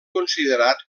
considerat